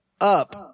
up